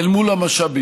אל מול המשאבים.